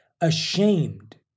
ashamed